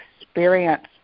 experience